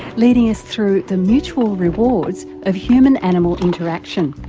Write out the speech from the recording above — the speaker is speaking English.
leading us through the mutual rewards of human animal interaction.